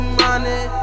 money